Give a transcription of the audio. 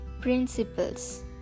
PRINCIPLES